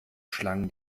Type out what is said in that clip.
schlangen